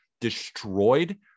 destroyed